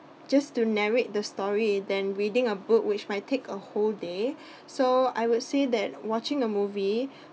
just to narrate the story than reading a book which might take a whole day so I would say that watching a movie